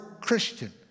Christian